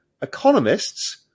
economists